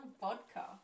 vodka